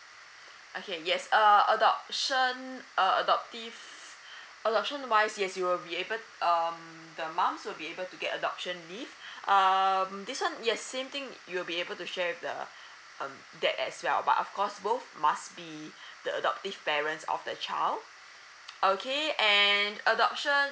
okay yes err adoption uh adoptive adoption wise yes you'll be able um the mums will be able to get adoption leave um this [one] yes same thing you you'll be able to share with the um dad as well but of course both must be the adoptive parents of the child okay and adoption